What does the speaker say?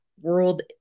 world